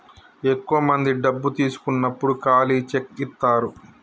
ఎక్కువ మంది డబ్బు తీసుకున్నప్పుడు ఖాళీ చెక్ ఇత్తారు